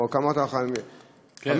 או כמה, 15?